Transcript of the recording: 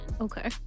Okay